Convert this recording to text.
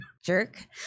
Jerk